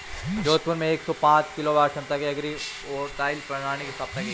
जोधपुर में एक सौ पांच किलोवाट क्षमता की एग्री वोल्टाइक प्रणाली की स्थापना की गयी